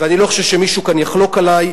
ואני לא חושב שמישהו כאן יחלוק עלי,